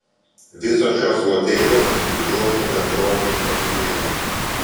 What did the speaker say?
visos šios loterijos priklauso bendrovei olifėja